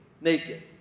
naked